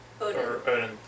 Odin